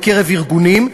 בקרב ארגונים.